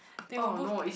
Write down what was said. they were both